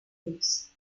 release